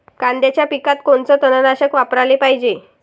कांद्याच्या पिकात कोनचं तननाशक वापराले पायजे?